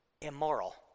immoral